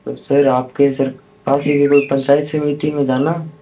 तो सर आपके सर कोई पंचायत समिति में जाना